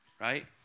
right